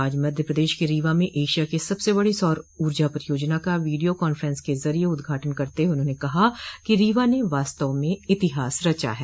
आज मध्य प्रदेश के रीवा में एशिया की सबसे बड़ी सौर ऊर्जा परियोजना का वीडियो कान्फ्र स के जरिये उद्घाटन करते हुए उन्होंने कहा कि रीवा ने वास्तव में इतिहास रचा है